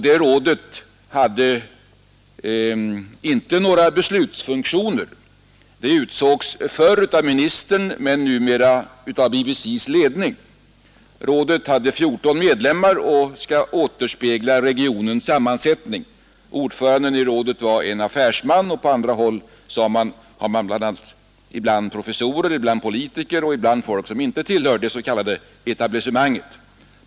Det rådet hade inte några beslutsfunktioner. Det utsågs förr av ministern men utses numera av BBC:s ledning. Rådet hade 14 medlemmar och skulle återspegla regionens sammansättning. Ordföranden i rådet var en affärsman, på andra håll har man ibland professorer, ibland politiker och ibland folk som inte tillhör det s.k. ”etablissemanget”.